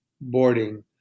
boarding